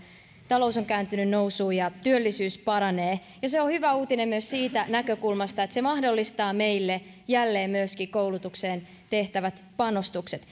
talous on kääntynyt nousuun ja työllisyys paranee se on hyvä uutinen myös siitä näkökulmasta että se mahdollistaa meille jälleen myöskin koulutukseen tehtävät panostukset